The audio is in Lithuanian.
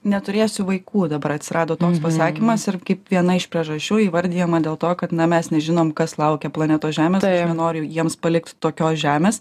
neturėsiu vaikų dabar atsirado toks pasakymas ir kaip viena iš priežasčių įvardijama dėl to kad na mes nežinom kas laukia planetos žemės aš nenoriu jiems palikt tokios žemės